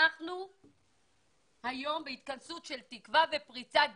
היום אנחנו בהתכנסות של תקווה ופריצת דרך.